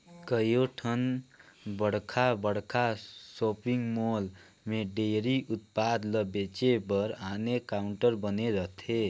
कयोठन बड़खा बड़खा सॉपिंग मॉल में डेयरी उत्पाद ल बेचे बर आने काउंटर बने रहथे